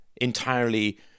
entirely